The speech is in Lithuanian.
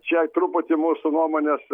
čia truputį mūsų nuomonės